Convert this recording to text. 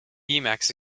emacs